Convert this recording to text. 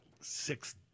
six